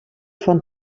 von